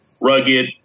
rugged